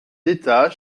d’état